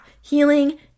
Healing